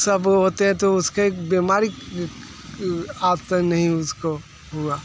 सब होते हैं तो उसके बीमारी आता नहीं उसको हुआ